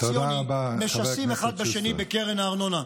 הקואליציוני משסים אחד בשני בקרן הארנונה.